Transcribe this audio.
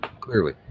Clearly